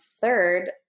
third